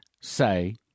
say